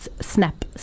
Snap